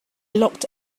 locked